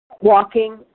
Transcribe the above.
walking